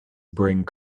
bring